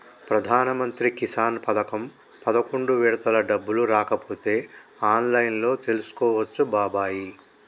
ప్రధానమంత్రి కిసాన్ పథకం పదకొండు విడత డబ్బులు రాకపోతే ఆన్లైన్లో తెలుసుకోవచ్చు బాబాయి